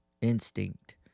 instinct